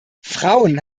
frauen